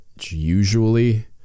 usually